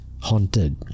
haunted